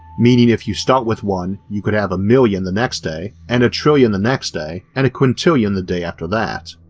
meaning if you start with one you could have a million the next day and a trillion the next day and a quintillion the day after that.